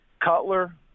Cutler